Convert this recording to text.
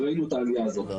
וראינו את העלייה הזאת.